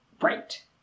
Right